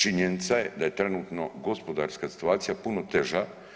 Činjenica je da je trenutno gospodarska situacija puno teža.